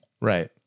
Right